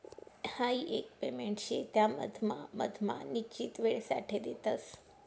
हाई एक पेमेंट शे त्या मधमा मधमा निश्चित वेळसाठे देतस